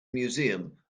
museum